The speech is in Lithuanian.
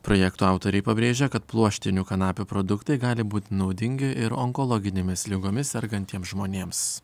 projekto autoriai pabrėžia kad pluoštinių kanapių produktai gali būti naudingi ir onkologinėmis ligomis sergantiems žmonėms